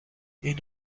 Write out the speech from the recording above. این